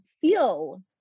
feel